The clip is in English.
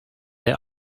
the